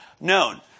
known